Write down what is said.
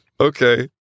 Okay